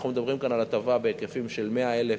אנחנו מדברים כאן על הטבה בהיקפים של 100,000